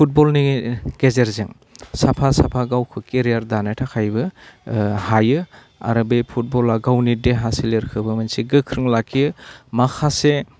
फुटबलनि गेजेरजों साफा साफा गावखौ केरियार दानो थाखायबो हायो आरो बे फुटबला गावनि देहा सोलेरखौबो मोनसे गोख्रों लाखियो माखासे